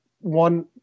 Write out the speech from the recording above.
one